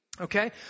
Okay